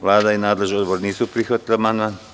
Vlada i nadležni odbor nisu prihvatili amandman.